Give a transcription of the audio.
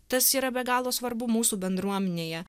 tas yra be galo svarbu mūsų bendruomenėje